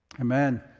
Amen